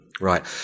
Right